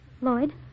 Lloyd